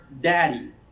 Daddy